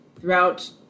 throughout